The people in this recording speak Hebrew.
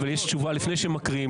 לפני שמקריאים,